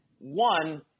One